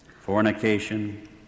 fornication